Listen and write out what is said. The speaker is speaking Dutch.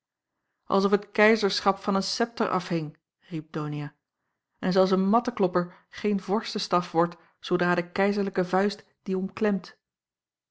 of het keizerschap van een septer afhing riep donia en zelfs een matteklopper geen vorstestaf wordt zoodra de keizerlijke vuist dien